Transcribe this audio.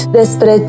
despre